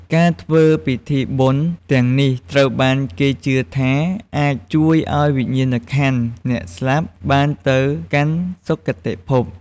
ការធ្វើពិធីបុណ្យទាំងនេះត្រូវបានគេជឿថាអាច ជួយឱ្យវិញ្ញាណក្ខន្ធអ្នកស្លាប់បានទៅកាន់សុគតិភព។